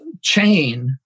chain